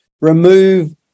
remove